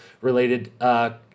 related